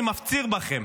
אני מפציר בכם,